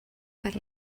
per